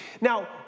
Now